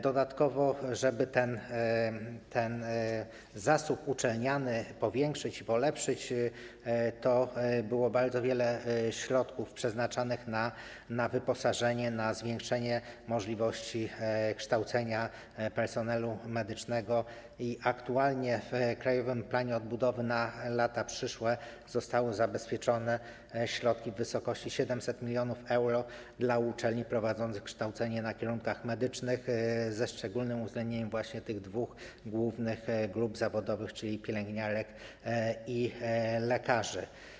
Dodatkowo żeby ten zasób uczelniany powiększyć i polepszyć, bardzo wiele środków było przeznaczanych na wyposażenie, na zwiększenie możliwości kształcenia personelu medycznego i obecnie w Krajowym Planie Odbudowy na lata przyszłe zostały zabezpieczone środki w wysokości 700 mln euro dla uczelni prowadzących kształcenie na kierunkach medycznych, ze szczególnym uwzględnieniem tych dwóch głównych grup zawodowych, czyli pielęgniarek i lekarzy.